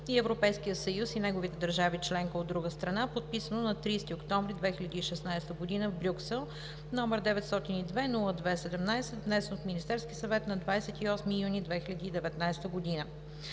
и Европейския съюз и неговите държави членки, от друга страна, подписано на 30 октомври 2016 г. в Брюксел, № 902-02-17, внесен от Министерския съвет на 28 юни 2019 г.